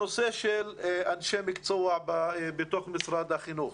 הנושא של אנשי מקצוע בתוך משרד החינוך.